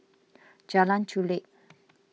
Jalan Chulek